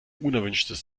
unerwünschtes